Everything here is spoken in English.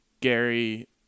Gary